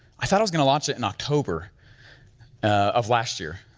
i thought i was gonna launch it in october of last year,